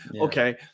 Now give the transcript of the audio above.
okay